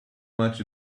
much